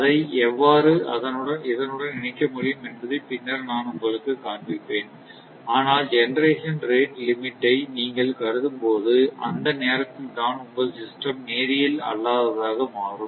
அதை எவ்வாறு இதனுடன் இணைக்க முடியும் என்பதை பின்னர் நான் உங்களுக்குக் காண்பிப்பேன் ஆனால் ஜெனெரேஷன் ரேட் லிமிட் ஐ நீங்கள் கருதும் அந்த நேரத்தில்தான் உங்கள் சிஸ்டம் நேரியல் அல்லாததாக மாறும்